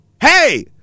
Hey